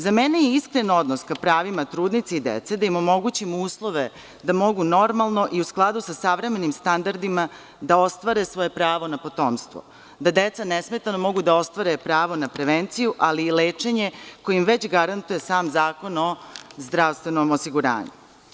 Za mene je iskren odnos ka pravima trudnica i dece da im omogućimo uslove da mogu normalno i u skladu sa savremenim standardima da ostvare svoje pravo na potomstvo, da deca nesmetano mogu da ostvare pravo na prevenciju, ali i lečenje, koje im garantuje sam Zakon o zdravstvenom osiguranju.